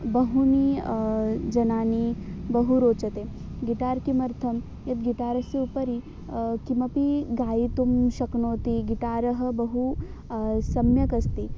बहूनि जनानि बहु रोचते गिटार् किमर्थं यद्गिटारस्य उपरि किमपि गातुं शक्नोति गिटारः बहु सम्यक् अस्ति